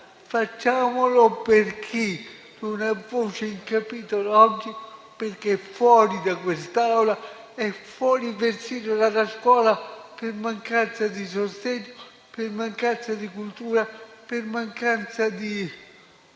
facciamolo per chi non ha voce in capitolo oggi, perché è fuori da quest'Aula ed è fuori persino dalla scuola per mancanza di sostegno, per mancanza di cultura e per mancanza del